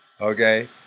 Okay